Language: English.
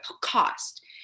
Cost